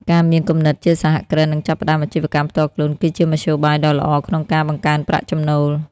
ការមានគំនិតជាសហគ្រិននិងចាប់ផ្ដើមអាជីវកម្មផ្ទាល់ខ្លួន គឺជាមធ្យោបាយដ៏ល្អក្នុងការ បង្កើនប្រាក់ចំណូល។